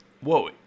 whoa